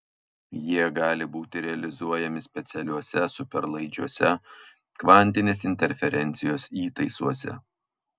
jie gali būti realizuojami specialiuose superlaidžiuose kvantinės interferencijos įtaisuose